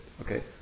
Okay